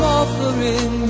offering